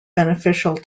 beneficial